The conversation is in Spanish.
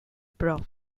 prof